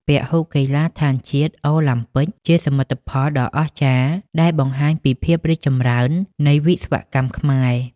ពហុកីឡដ្ឋានជាតិអូឡាំពិកជាសមិទ្ធផលដ៏អស្ចារ្យដែលបង្ហាញពីភាពរីកចម្រើននៃវិស្វកម្មខ្មែរ។